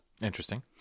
Interesting